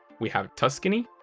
we have tuscany,